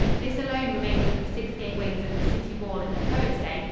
this alone remains of the six gateways of the city wall in the poet's day,